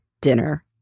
dinner